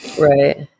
right